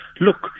look